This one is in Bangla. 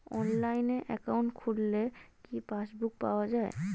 অনলাইনে একাউন্ট খুললে কি পাসবুক পাওয়া যায়?